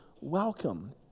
welcome